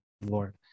Lord